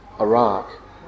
Iraq